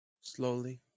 slowly